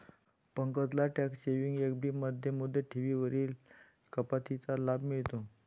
पंकजला tax saving FD मध्ये मुदत ठेवींवरील कपातीचा लाभ मिळतो